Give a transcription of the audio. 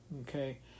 okay